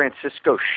Francisco